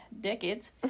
decades